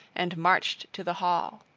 and marched to the hall.